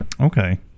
Okay